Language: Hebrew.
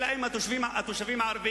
אלא אם כן התושבים הערבים